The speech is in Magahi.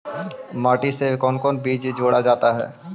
माटी से कौन कौन सा बीज जोड़ा जाता है?